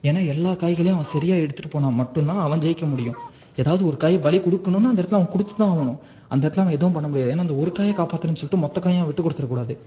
ஏன்னா எல்லா காய்களையும் அவன் சரியா எடுத்துகிட்டு போனால் மட்டும் தான் அவன் ஜெயிக்க முடியும் ஏதாவது ஒரு காயை பழிக்குடுக்கணும்னா அந்த இடத்துல அவன் கொடுத்து தான் ஆகணும் அந்த இடத்துல அவன் எதுவும் பண்ண முடியாது ஏன்னா அந்த ஒரு காயை காப்பாற்றணும்னு சொல்லிட்டு மொத்த காயும் விட்டு கொடுத்துடக் கூடாது